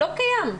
לא קיים.